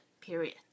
period